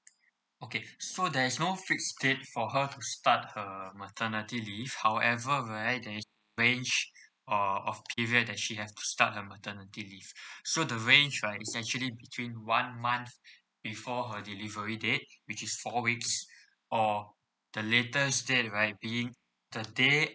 okay so there's no fixed date for her start her maternity leave however right there is a range uh of period that she has to start her maternity leave so the range right is actually between one month before her delivery date which is four weeks or the latest date right being the day